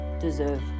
deserve